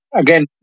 again